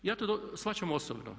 Ja to shvaćam osobno.